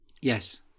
Yes